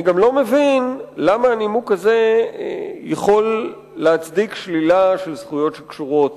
אני גם לא מבין למה הנימוק הזה יכול להצדיק שלילה של זכויות שקשורות